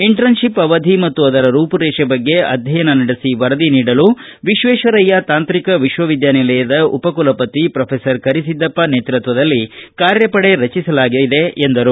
internship ಅವಧಿ ಮತ್ತು ಅದರ ರೂಪುರೇಷೆ ಬಗ್ಗೆ ಅಧ್ಯಯನ ನಡೆಸಿ ವರದಿ ನೀಡಲು ವಿಶ್ವೇಶ್ವರಯ್ಯ ತಾಂತ್ರಿಕ ವಿಶ್ವವಿದ್ದಾನಿಲಯದ ಉಪ ಕುಲಪತಿ ಶ್ರೋಫೆಸರ್ ಕರಿಸಿದ್ದಪ್ಪ ನೇತೃತ್ವದಲ್ಲಿ ಕಾರ್ಯಪಡೆ ರಚಿಸಲಾಗಿದೆ ಎಂದು ತಿಳಿಸಿದರು